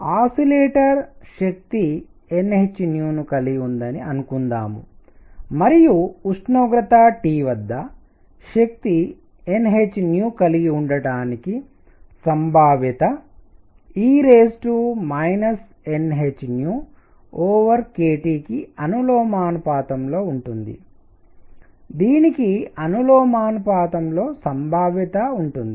కాబట్టి ఆసిలేటర్ శక్తి nhను కలిగి ఉందని అనుకుందాం మరియు ఉష్ణోగ్రత T వద్ద శక్తి nh కలిగి ఉండటానికి సంభావ్యత e nh kTకి అనులోమానుపాతంలో ఉంటుంది దీనికి అనులోమానుపాతంలో సంభావ్యత ఉంది